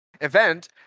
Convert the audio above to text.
event